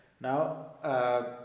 Now